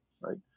right